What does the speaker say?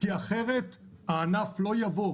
כי אחרת הענף לא יבוא.